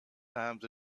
times